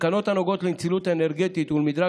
התקנות הנוגעות לנצילות האנרגטית ולמדרג